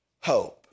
hope